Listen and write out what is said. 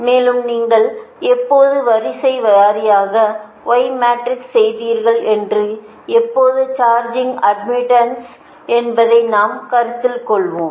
மேலும் நீங்கள் எப்போது வரிசை வாரியாக y மேட்ரிக்ஸ் செய்தீர்கள் என்றால் எப்போது சார்ஜிங் அட்மிட்டன்ஸ் என்பதை நாம் கருத்தில் கொள்வோம்